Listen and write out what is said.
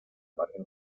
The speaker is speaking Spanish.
margen